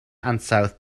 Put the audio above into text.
ansawdd